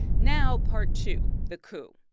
now part two, the coup.